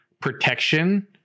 protection